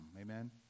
Amen